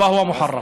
שכן הם אסורים.)